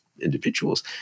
individuals